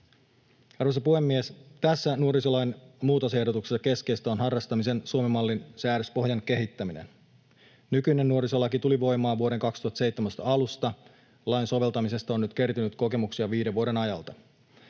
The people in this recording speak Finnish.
Arvoisa puhemies! Tässä nuorisolain muutosehdotuksessa keskeistä on harrastamisen Suomen mallin säädöspohjan kehittäminen. Nykyinen nuorisolaki tuli voimaan vuoden 2017 alusta. Lain soveltamisesta on nyt kertynyt kokemuksia viiden vuoden ajalta.